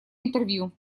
интервью